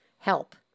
help